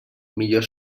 millor